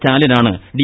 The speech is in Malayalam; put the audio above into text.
സ്റ്റാലിനാണ് ഡി